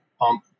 Pump